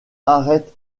arrête